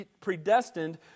predestined